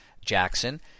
Jackson